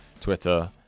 Twitter